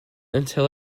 until